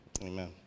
Amen